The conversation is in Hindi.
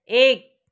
एक